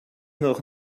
noch